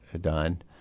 done